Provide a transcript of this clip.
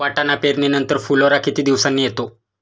वाटाणा पेरणी नंतर फुलोरा किती दिवसांनी येतो?